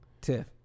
Tiff